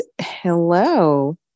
Hello